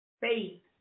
Faith